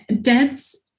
dad's